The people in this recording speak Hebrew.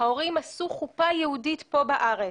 ההורים עשו חופה יהודית פה בארץ,